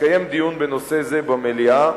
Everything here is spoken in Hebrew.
התקיים דיון בנושא זה במליאה,